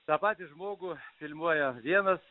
tą patį žmogų filmuoja vievas